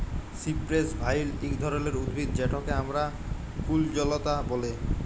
cypress vine ইক ধরলের উদ্ভিদ যেটকে আমরা কুল্জলতা ব্যলে